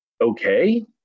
okay